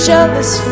Jealous